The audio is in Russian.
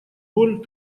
роль